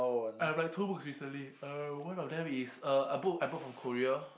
I read two books recently uh one of them is a a book I bought from Korea